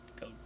go